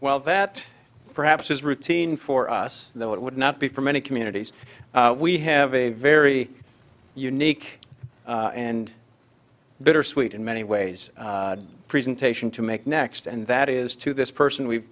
well that perhaps is routine for us though it would not be for many communities we have a very unique and bittersweet in many ways presentation to make next and that is to this person we've